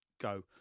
go